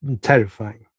Terrifying